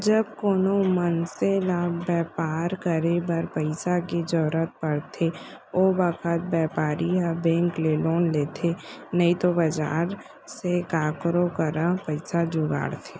जब कोनों मनसे ल बैपार करे बर पइसा के जरूरत परथे ओ बखत बैपारी ह बेंक ले लोन लेथे नइतो बजार से काकरो करा पइसा जुगाड़थे